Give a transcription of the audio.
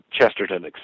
Chesterton